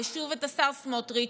ושוב את השר סמוטריץ'